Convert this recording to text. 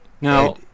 Now